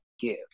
give